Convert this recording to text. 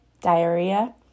diarrhea